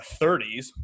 30s